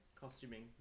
Costuming